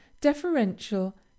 deferential